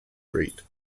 grate